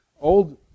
old